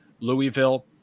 louisville